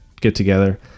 get-together